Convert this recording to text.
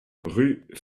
rue